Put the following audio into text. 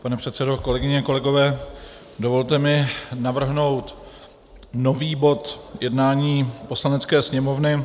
Pane předsedo, kolegyně, kolegové, dovolte mi navrhnout nový bod jednání Poslanecké sněmovny.